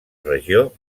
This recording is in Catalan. regió